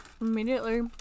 Immediately